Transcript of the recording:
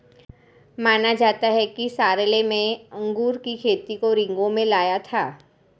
माना जाता है कि शारलेमेन ने अंगूर की खेती को रिंगौ में लाया था